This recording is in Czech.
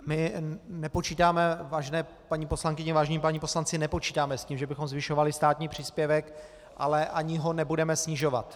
My nepočítáme, vážené paní poslankyně, vážení páni poslanci, s tím, že bychom zvyšovali státní příspěvek, ale ani ho nebudeme snižovat.